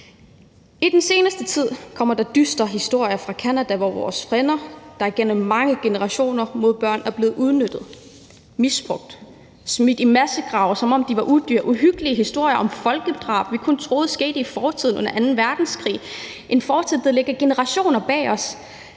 I den seneste tid er der kommet dystre historier fra Canada om børn, vores frænder, der igennem mange generationer blev udnyttet, misbrugt, smidt i massegrave, som om de var udyr. Det er uhyggelige historier om folkedrab, vi kun troede skete i fortiden, under anden verdenskrig, en fortid, der ligger generationer bag os,